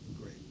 Great